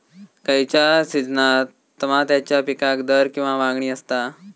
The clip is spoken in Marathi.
खयच्या सिजनात तमात्याच्या पीकाक दर किंवा मागणी आसता?